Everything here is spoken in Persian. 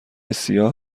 سیاه